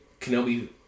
Kenobi